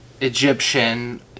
Egyptian